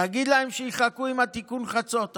תגיד להם שיחכו עם תיקון חצות הזה.